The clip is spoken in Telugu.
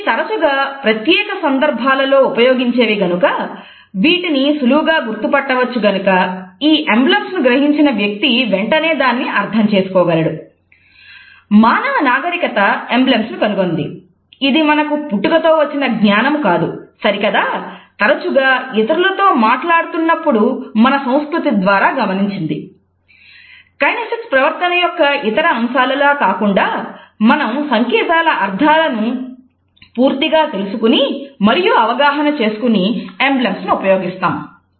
ఇవి తరచుగా ప్రత్యేక సందర్భములలో ఉపయోగించేవి గనుక వీటిని సులువుగా గుర్తుపట్టవచ్చు గనుక ఈ ఎంబ్లెమ్స్ ను ఉపయోగిస్తాము